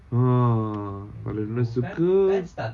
ah kalau dia orang suka